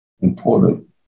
important